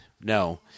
No